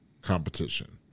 competition